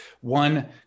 one